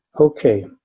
okay